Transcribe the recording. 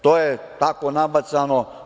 To je tako nabacano.